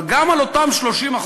אבל גם על אותם 30%,